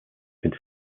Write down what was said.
could